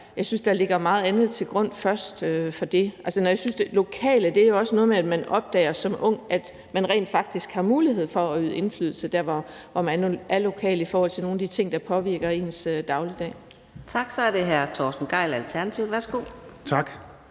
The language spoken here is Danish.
Jeg synes, der ligger meget andet til grund for det. Altså, det lokale er også noget med, at man som ung opdager, at man rent faktisk har mulighed for at øve indflydelse der, hvor man er lokalt, i forhold til nogle af de ting, der påvirker ens dagligdag. Kl. 14:31 Fjerde næstformand (Karina Adsbøl): Tak.